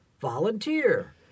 volunteer